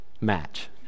Match